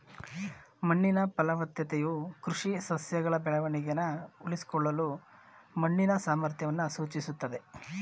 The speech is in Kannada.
ಮಣ್ಣಿನ ಫಲವತ್ತತೆಯು ಕೃಷಿ ಸಸ್ಯಗಳ ಬೆಳವಣಿಗೆನ ಉಳಿಸ್ಕೊಳ್ಳಲು ಮಣ್ಣಿನ ಸಾಮರ್ಥ್ಯವನ್ನು ಸೂಚಿಸ್ತದೆ